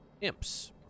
imps